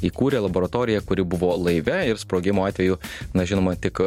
įkūrė laboratoriją kuri buvo laive ir sprogimo atveju na žinoma tik